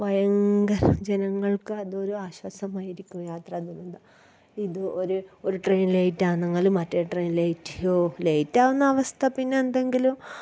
ഭയങ്കര ജനങ്ങൾക്ക് അതൊരു ആശ്വാസമായിരിക്കും യാത്രാ ദുരന്തം ഇത് ഒര് ഒര് ട്രെയിൻ ലേയ്റ്റാണെങ്കില് മറ്റേ ട്രെയിൻ ലേയ്റ്റ് യ്യോ ലേറ്റാകുന്ന അവസ്ഥ പിന്നെ എന്തെങ്കിലും